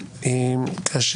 כתם על ספר החוקים של מדינת ישראל.